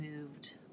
moved